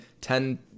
ten